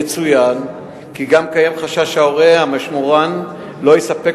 יצוין כי גם קיים חשש שההורה המשמורן לא יספק